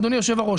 אדוני היושב-ראש,